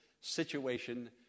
situation